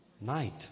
night